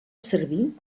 servir